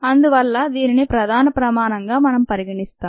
అందువల్ల దీనిని ప్రధాన ప్రమాణంగా మనం పరిగణిస్తాం